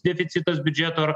deficitas biudžeto ar